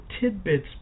tidbits